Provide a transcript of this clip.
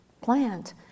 plant